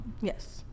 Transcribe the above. Yes